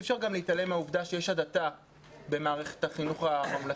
אי אפשר גם להתעלם מן העובדה שיש הדתה במערכת החינוך הממלכתית,